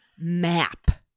map